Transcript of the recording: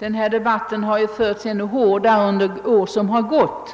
Herr talman! Debatten om denna fråga har förts ännu hårdare under de år som har gått